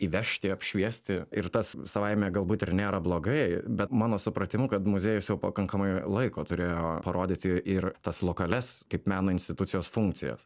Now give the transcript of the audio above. įvežti apšviesti ir tas savaime galbūt ir nėra blogai bet mano supratimu kad muziejus jau pakankamai laiko turėjo parodyti ir tas lokalias kaip meno institucijos funkcijas